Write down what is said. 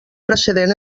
precedent